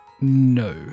No